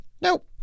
nope